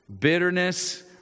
Bitterness